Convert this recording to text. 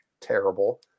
terrible